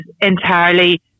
entirely